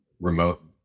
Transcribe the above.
remote